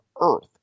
earth